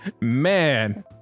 Man